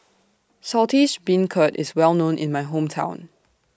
Saltish Beancurd IS Well known in My Hometown